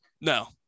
No